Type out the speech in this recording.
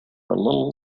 little